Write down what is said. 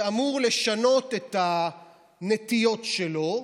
שאמור לשנות את הנטיות שלו,